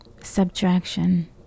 subtraction